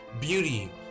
beauty